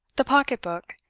the pocket-book,